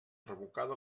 revocada